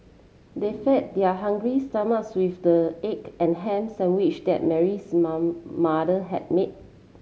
they fed their hungry stomachs with the egg and ham sandwich that Mary's mom mother had made